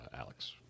alex